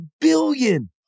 billion